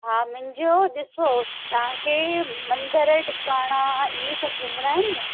हा मुंहिंजो ॾिसो तव्हांखे मंदिर टिकणा इहे सभु घुमणा आहिनि न